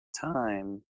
time